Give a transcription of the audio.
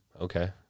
Okay